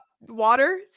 water